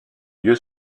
lieu